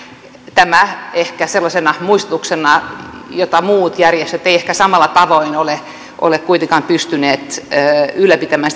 tämä ehkä sellaisena muistutuksena muut järjestöt eivät ehkä samalla tavoin ole ole kuitenkaan pystyneet ylläpitämään